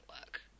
work